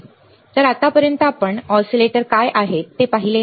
तर आत्तापर्यंत आपण ऑसीलेटर काय आहेत ते पाहिले आहे